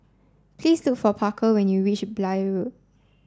please look for Parker when you reach Blair Road